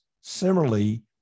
Similarly